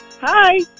Hi